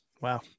Wow